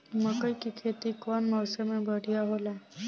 मकई के खेती कउन मौसम में बढ़िया होला?